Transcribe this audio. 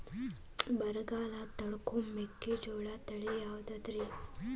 ಬರಗಾಲ ತಡಕೋ ಮೆಕ್ಕಿಜೋಳ ತಳಿಯಾವುದ್ರೇ?